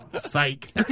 Psych